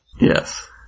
Yes